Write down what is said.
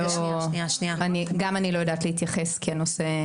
אני לא יודעת להתייחס כי הנושא,